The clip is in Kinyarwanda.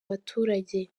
baturage